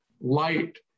light